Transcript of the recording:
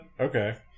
Okay